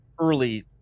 early